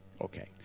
Okay